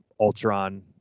Ultron